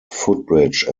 footbridge